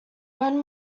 when